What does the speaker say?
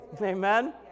Amen